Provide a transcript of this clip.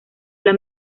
las